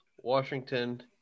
Washington